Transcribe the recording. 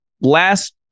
last